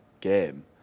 game